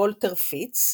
ו־וולטר פיטס,